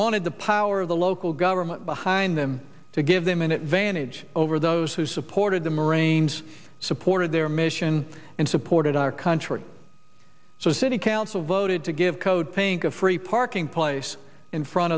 wanted the power of the local government behind them to give them an advantage over those who supported the moraines supported their mission and supported our country so city council voted to give code pink a free parking place in front